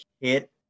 hit